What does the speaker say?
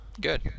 Good